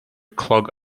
clog